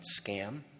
scam